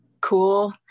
cool